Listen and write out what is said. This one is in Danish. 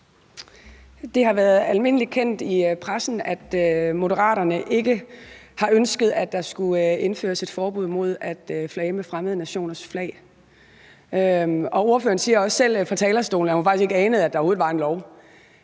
Det har været almindeligt kendt i pressen, at Moderaterne ikke har ønsket, at der skulle indføres et forbud mod at flage med fremmede nationers flag. Ordføreren siger også selv fra talerstolen, at hun faktisk ikke anede, at der overhovedet var en lov.